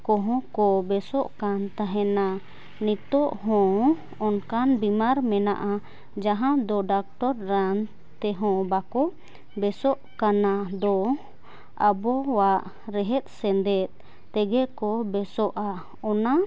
ᱠᱚᱦᱚᱸᱠᱚ ᱵᱮᱥᱚᱜᱠᱟᱱ ᱛᱟᱦᱮᱱᱟ ᱱᱤᱛᱚᱜᱦᱚᱸ ᱚᱱᱠᱟᱱ ᱵᱤᱢᱟᱨ ᱢᱮᱱᱟᱜᱼᱟ ᱡᱟᱦᱟᱸᱫᱚ ᱰᱟᱠᱛᱚᱨ ᱨᱟᱱ ᱛᱮᱦᱚᱸ ᱵᱟᱠᱚ ᱵᱮᱥᱚᱜᱠᱟᱱᱟ ᱫᱚ ᱟᱵᱚᱣᱟᱜ ᱨᱮᱦᱮᱫᱽᱼᱥᱮᱸᱫᱮᱫ ᱛᱮᱜᱮᱠᱚ ᱵᱮᱥᱚᱜᱼᱟ ᱚᱱᱟ